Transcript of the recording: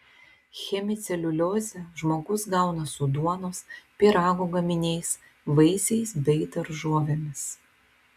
hemiceliuliozę žmogus gauna su duonos pyrago gaminiais vaisiais bei daržovėmis